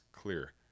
clear